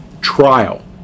Trial